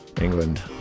england